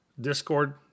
Discord